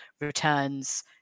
returns